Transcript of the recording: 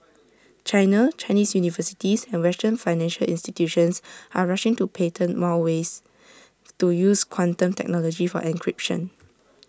China Chinese universities and western financial institutions are rushing to patent more ways to use quantum technology for encryption